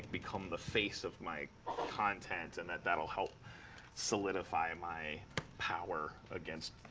become the face of my content. and that that will help solidify my power against